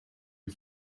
you